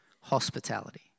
hospitality